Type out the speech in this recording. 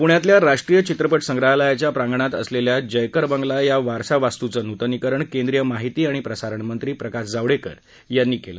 पुण्यातल्या राष्ट्रीय चित्रपट संग्रहालयाच्या प्रांगणात असलेल्या जयकर बंगला या वारसा वास्तूचं नूतनीकरण केंद्रीय माहिती आणि प्रसारण मंत्री प्रकाश जावडेकर यांनी उद्घाटन केलं